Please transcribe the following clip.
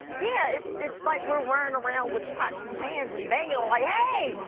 yeah, it's it's like we're running around with pots and pans and banging them, like, hey!